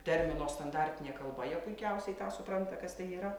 termino standartinė kalba jie puikiausiai tą supranta kas tai yra